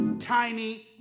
Tiny